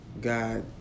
God